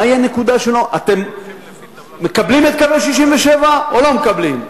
מהי הנקודה, אתם מקבלים את קווי 67' או לא מקבלים?